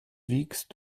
wiegst